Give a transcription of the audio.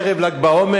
ערב ל"ג בעומר,